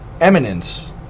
Eminence